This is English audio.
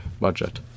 budget